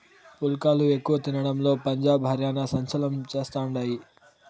పుల్కాలు ఎక్కువ తినడంలో పంజాబ్, హర్యానా సంచలనం చేస్తండాయి